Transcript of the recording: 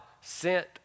sent